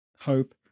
Hope